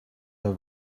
der